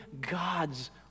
God's